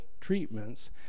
treatments